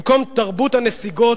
במקום תרבות הנסיגות,